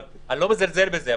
אני לא מזלזל בזה,